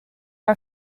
are